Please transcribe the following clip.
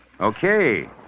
Okay